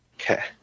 Okay